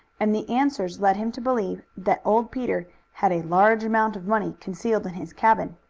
and the answers led him to believe that old peter had a large amount of money concealed in his cabin.